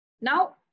Now